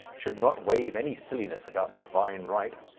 should not waive any silliness about divine right,